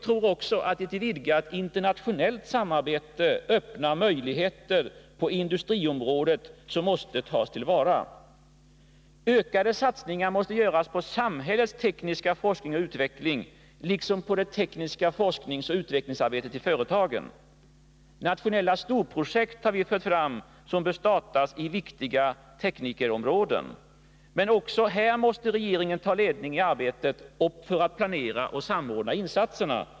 Ett vidgat internationellt samarbete öppnar också möjligheter på industriområdet som måste tas till vara. Ökade satsningar måste göras på samhällets tekniska forskning och utveckling, liksom på det tekniska forskningsoch utvecklingsarbetet i företagen. Nationella storprojekt bör startas inom viktiga teknikerområden. Men även här måste regeringen ta ledningen i arbetet för att planera och samordna insatserna.